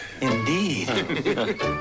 Indeed